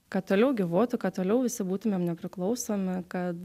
kad toliau gyvuotų kad toliau visi būtumėm nepriklausomi kad